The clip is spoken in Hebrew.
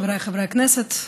חבריי חברי הכנסת,